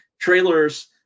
trailers